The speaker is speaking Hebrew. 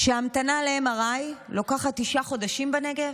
המתנה ל-MRI לוקחת תשעה חודשים בנגב.